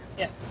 Yes